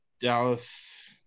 Dallas